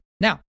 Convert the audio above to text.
Now